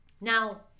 Now